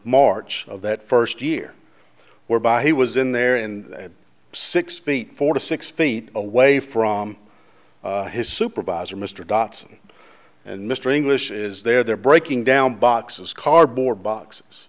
march of that first year whereby he was in there and six feet four to six feet away from his supervisor mr dotson and mr english is there they're breaking down boxes cardboard box